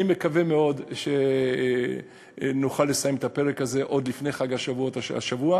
אני מקווה מאוד שנוכל לסיים את הפרק הזה עוד לפני חג השבועות השבוע.